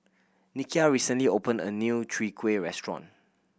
Nikia recently opened a new Chwee Kueh restaurant